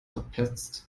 verpetzt